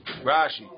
Rashi